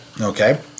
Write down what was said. Okay